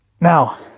now